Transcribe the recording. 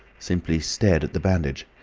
simply stared at the bandage.